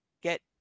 get